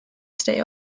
stay